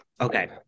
okay